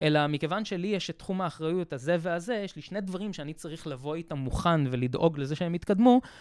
אלא מכיוון שלי יש את תחום האחריות הזה והזה, יש לי שני דברים שאני צריך לבוא איתם מוכן ולדאוג לזה שהם יתקדמו.